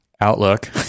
Outlook